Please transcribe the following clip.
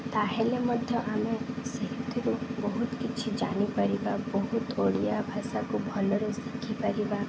ତା'ହେଲେ ମଧ୍ୟ ଆମେ ସେହିଥିରୁ ବହୁତ କିଛି ଜାଣିପାରିବା ବହୁତ ଓଡ଼ିଆ ଭାଷାକୁ ଭଲରେ ଶିଖିପାରିବା